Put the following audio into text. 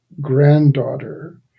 granddaughter